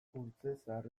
kurtzezar